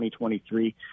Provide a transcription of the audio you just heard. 2023